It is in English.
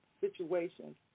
situations